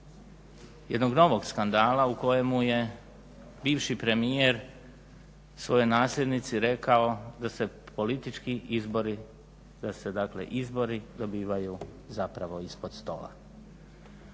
jednog novog skandala u kojemu je bivši premijer svojoj nasljednici rekao da se politički izbori, da se dakle izbori dobivaju zapravo ispod stola.